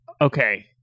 okay